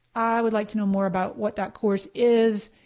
i would like to know more about what that course is,